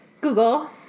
Google